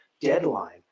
deadline